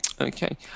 Okay